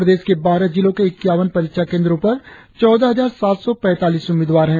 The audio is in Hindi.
प्रदेश के बारह जिलो के इक्यावन परीक्षा केंद्रो पर चौदह हजार सात सौ पैंतालीस उम्मीदवार है